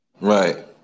Right